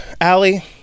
Allie